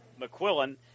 McQuillan